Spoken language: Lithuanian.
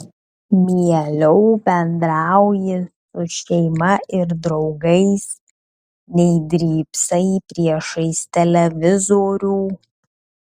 mieliau bendrauji su šeima ir draugais nei drybsai priešais televizorių